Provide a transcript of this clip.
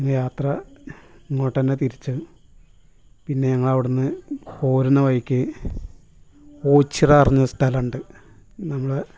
യാത്ര ഇങ്ങോട്ടന്നെ തിരിച്ച് പിന്നെ ഞങ്ങളവിടുന്ന് പോരുന്ന വഴിക്ക് ഓച്ചിറാന്നൊരു സ്ഥലമുണ്ട് നമ്മൾ